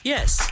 Yes